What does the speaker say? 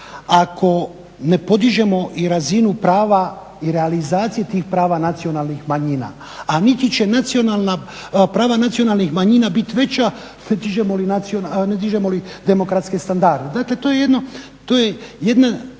ako ne podižemo i razinu prava i realizacije tih prava nacionalnih manjina, a niti će prava nacionalnih manjina biti veća ne dižemo li demokratske standarde. To je jedna